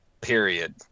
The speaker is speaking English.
period